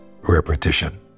repetition